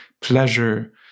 pleasure